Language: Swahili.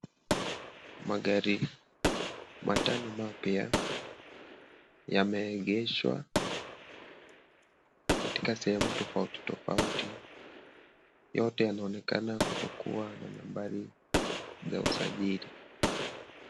Magari matano mapya, yameegeshwa katika sehemu tofautitofauti, yote yanaonekana kutokua na nambari za usajili.